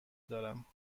دارم